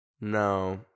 No